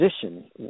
position